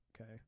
Okay